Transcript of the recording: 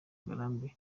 ngarambe